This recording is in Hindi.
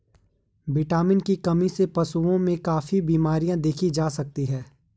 विटामिन की कमी से पशुओं में काफी बिमरियाँ देखी जा सकती हैं